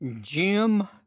Jim